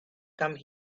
come